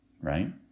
right